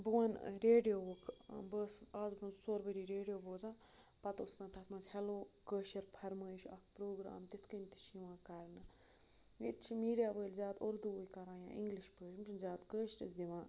بہٕ وَنہٕ ریڈیوُک بہٕ ٲسٕس آز برونٛہہ زٕ ژور ؤری ریڈیو بوزان پَتہٕ اوس آسان تَتھ منٛز ہٮ۪لو کٲشِر فرمٲیِش اَکھ پرٛوگرام تِتھ کٔنۍ تہِ چھِ یِوان کَرنہٕ ییٚتہِ چھِ میٖڈیا وٲلۍ زیادٕ اُردوٕے کَران یا اِنٛگلِش پٲٹھۍ یِم چھِنہٕ زیادٕ کٲشرِس دِوان